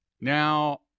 Now